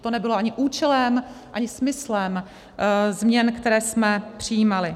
To totiž nebylo ani účelem, ani smyslem změn, které jsme přijímali.